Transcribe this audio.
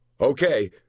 Okay